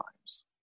times